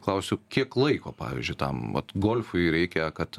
klausiu kiek laiko pavyzdžiui tam vat golfui reikia kad